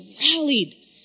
rallied